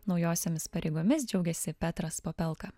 naujosiomis pareigomis džiaugėsi petras popelka